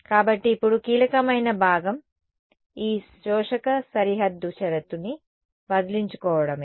కాబట్టి ఇప్పుడు కీలకమైన భాగం ఈ శోషక సరిహద్దు షరతు ని వదిలించుకోవడమే